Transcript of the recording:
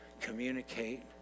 communicate